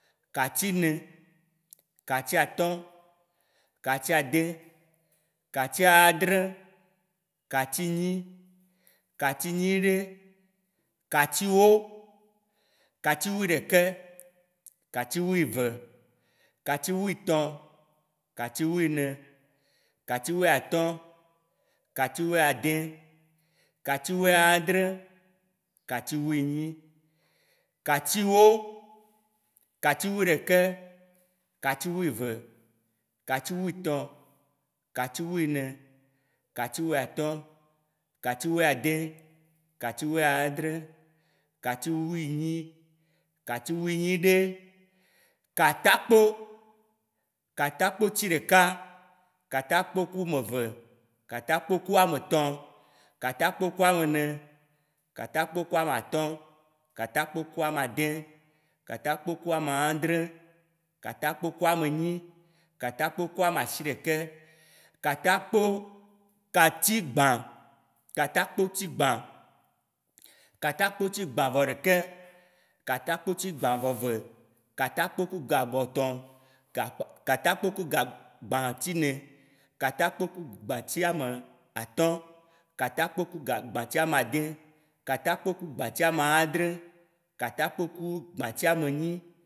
katine, katiatɔ̃, katiade, katiadre, katinyi, katinyiɖe, katiwo, katiwuiɖeke, katiwuieve, katiwuietɔ, katiwuiene, katiwuiatɔ, katiwuiade, katiwuiadre, katiwuienyi, katiwo, katiwuiɖeke, katiwuieve, katiwuietɔ, katiwuiene, katiwuiatɔ, katiwuiade, katiwuiadre, katiwuienyi, katiwuinyiɖe, Katakpo, katakpo ti ɖeka, katakpo ku meve, katakpo ku ametɔ, katakpo ku amene, katakpo ku amatɔ̃, katakpo ku ameade, katakpo ku ameadre, katakpo ku amenyi, katakpo ku ameasiɖeke, Katakpo katigbã, katakpo ti gbã, katakpo ti gbã vɔɖeke, katakpo ti gbã vɔeve, katakpo ku ga gbotɔn, katakpo ku ga- gbã tine, katakpo ku gbã ti ametɔ, katakpo ku gbã ti amade, katakpo ku gbã ti amadre, katakpo ku gbã ti amenyi.